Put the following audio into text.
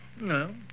No